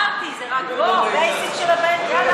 אמרתי, זה רק הבייסיק של הבייסיק.